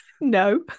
No